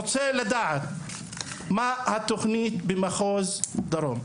ואני רוצה לדעת מה היא התוכנית במחוז דרום?